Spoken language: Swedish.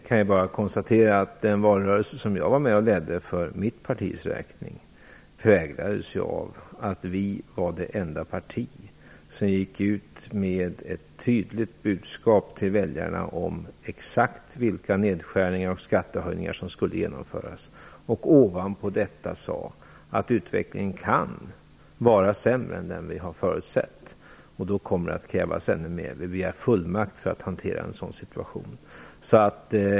Jag kan bara konstatera att den valrörelse som jag var med och ledde för mitt partis räkning präglades av att Socialdemokraterna var det enda parti som gick ut med ett tydligt budskap till väljarna om exakt vilka nedskärningar och skattehöjningar som skulle genomföras och ovanpå detta sade att utvecklingen kan bli sämre än vad vi har förutsatt, och då kommer det att krävas ännu mer. Vi begärde fullmakt för att hantera en sådan situation.